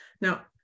Now